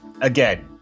again